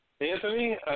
Anthony